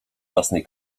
własnej